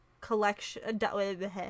Collection